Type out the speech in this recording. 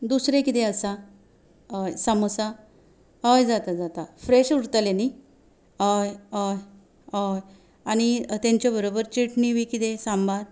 दुसरें किदें आसा हय सामोसा हय जाता जाता फ्रेश उरतले न्हय हय हय हय आनी तेंच्या बरोबर चिटणी बी किदे सांबार